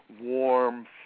warm